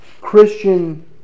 Christian